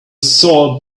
saw